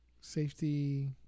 safety